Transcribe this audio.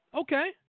Okay